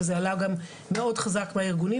וזה עלה גם מאוד חזק מהארגונים.